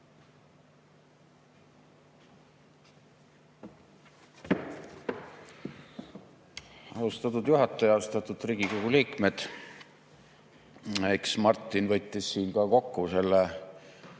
Austatud juhataja! Austatud Riigikogu liikmed! Eks Martin võttis siin kokku selle